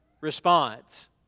response